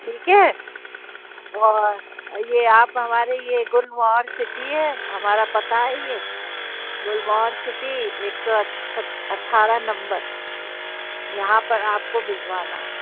ठीक है और यह आप हमारे ये गुलमोहर सिटी है हमारा पता है ये गुलमोहर सिटी एक सौ सत् अट्ठारह नंबर यहाँ पर आपको भिजवाना है